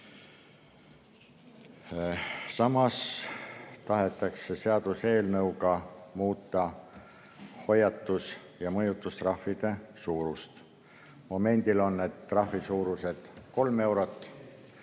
Samas tahetakse seaduseelnõuga muuta hoiatus‑ ja mõjutustrahvide suurust. Praegu on trahvi suurus kolm eurot